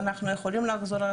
מה?